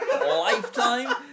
lifetime